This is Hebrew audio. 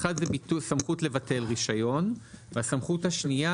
האחד זה סמכות לבטל רישיון והסמכות השנייה